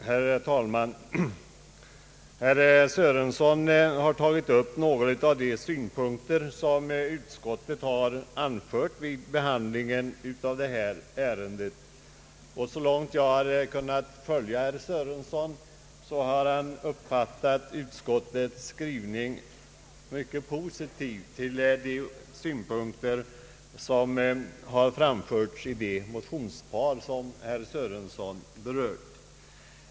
Herr talman! Herr Sörenson har tagit upp några av de synpunkter som utskottet anfört vid behandlingen av detta ärende. Så långt jag kunnat följa herr Sörenson har han uppfattat utskottets skrivning såsom mycket positiv till de synpunkter som framförts i det motionspar han berört.